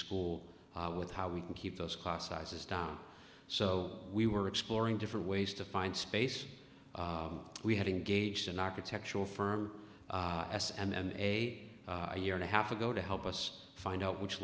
school with how we can keep those class sizes down so we were exploring different ways to find space we had engaged in architectural firm s and a year and a half ago to help us find out which